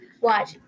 watch